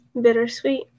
bittersweet